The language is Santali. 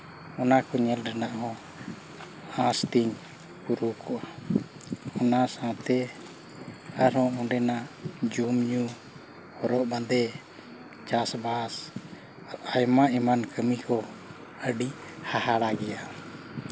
ᱚᱱᱟ ᱠᱚ ᱧᱮᱞ ᱨᱮᱱᱟᱜ ᱦᱚᱸ ᱟᱸᱥ ᱛᱤᱧ ᱯᱩᱨᱟᱹᱣ ᱠᱚᱜ ᱚᱱᱟ ᱥᱟᱶᱛᱮ ᱟᱨᱦᱚᱸ ᱚᱸᱰᱮᱱᱟᱜ ᱡᱚᱢᱼᱧᱩ ᱦᱚᱨᱚᱜ ᱵᱟᱸᱫᱮ ᱪᱟᱥᱵᱟᱥ ᱟᱭᱢᱟ ᱮᱢᱟᱱ ᱠᱟᱹᱢᱤ ᱠᱚ ᱟᱹᱰᱤ ᱦᱟᱦᱟᱲᱟ ᱜᱮᱭᱟ